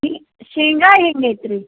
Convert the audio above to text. ಈ ಶೇಂಗಾ ಹೆಂಗೈತ್ರಿ